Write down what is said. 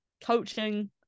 coaching